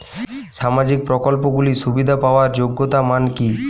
সামাজিক প্রকল্পগুলি সুবিধা পাওয়ার যোগ্যতা মান কি?